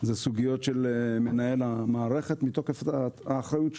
הן סוגיות של מנהל המערכת מתוקף האחריות שלו.